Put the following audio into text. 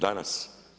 Danas.